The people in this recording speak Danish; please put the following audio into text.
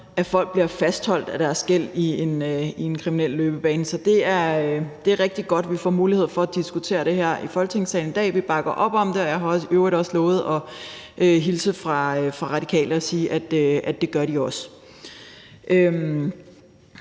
at folk bliver fastholdt af deres gæld i en kriminel løbebane. Så det er rigtig godt, at vi får mulighed for at diskutere det her i Folketingssalen i dag. Vi bakker op om det, og jeg har i øvrigt også lovet at hilse fra Radikale og sige, at det gør de også.